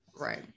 Right